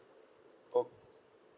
oh